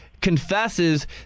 confesses